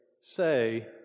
say